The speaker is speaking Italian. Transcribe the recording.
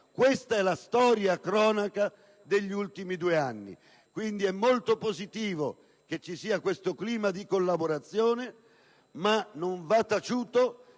Questa è la storia-cronaca degli ultimi due anni. Quindi è molto positivo che ci sia questo clima di collaborazione, ma non va taciuto